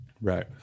Right